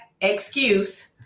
excuse